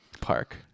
park